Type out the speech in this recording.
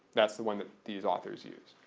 that's the one that these authors used.